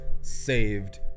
saved